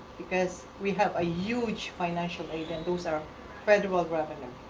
because we have a huge financial aid, and those are federal revenue.